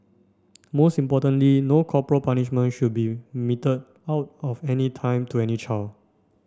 most importantly no corporal punishment should be meted out at any time to any child